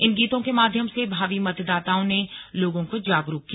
इन गीतों के माध्यम से भावी मतदाताओं ने लोगों को जागरूक किया